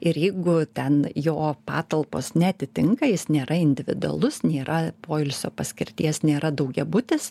ir jeigu ten jo patalpos neatitinka jis nėra individualus nėra poilsio paskirties nėra daugiabutis